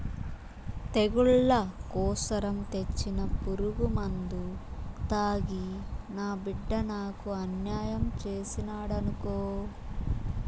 తెగుళ్ల కోసరం తెచ్చిన పురుగుమందు తాగి నా బిడ్డ నాకు అన్యాయం చేసినాడనుకో